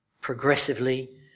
progressively